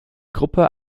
gruppe